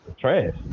trash